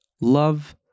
Love